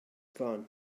gone